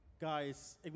Guys